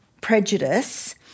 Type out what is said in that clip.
prejudice